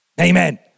Amen